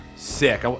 Sick